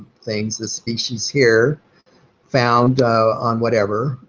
things, the species here found on whatever.